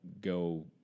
go